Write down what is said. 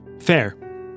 Fair